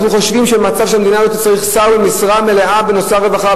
אנחנו חושבים שבמצב של המדינה הזאת צריך שר במשרה מלאה בנושא הרווחה,